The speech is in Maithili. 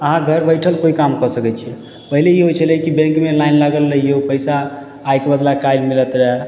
अहाँ घर बैठल कोइ काम कऽ सकय छी पहिले ई होइ छलय कि बैंकमे लाइन लागल रहियौ पैसा आइके बदला काल्हि मिलैत रहय